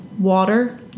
water